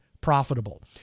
profitable